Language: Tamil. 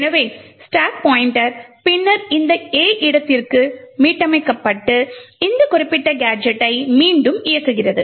எனவே ஸ்டாக் பாய்ண்ட்டர் பின்னர் இந்த A இடத்திற்கு மீட்டமைக்கப்பட்டு இந்த குறிப்பிட்ட கேஜெட்டை மீண்டும் இயக்குகிறது